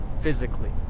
physically